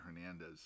Hernandez